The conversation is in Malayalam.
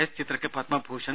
എസ് ചിത്രക്ക് പത്മഭൂഷൺ